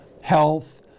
health